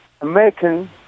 American